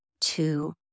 two